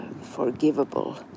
forgivable